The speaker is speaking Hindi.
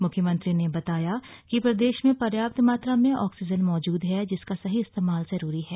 मुख्यमंत्री ने बताया कि प्रदेश में पर्याप्त मात्रा में आक्सीजन मौजूद है जिसका सही इस्तेमाल जरूरी है